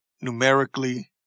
numerically